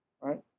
Right